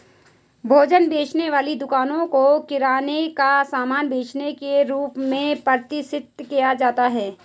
भोजन बेचने वाली दुकानों को किराने का सामान बेचने के रूप में प्रतिष्ठित किया जाता है